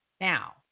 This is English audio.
Now